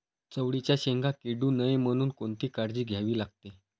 चवळीच्या शेंगा किडू नये म्हणून कोणती काळजी घ्यावी लागते?